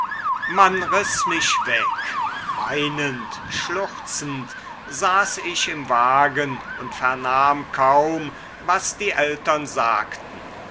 man riß mich weg weinend schluchzend saß ich im wagen und vernahm kaum was die eltern sagten